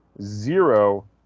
zero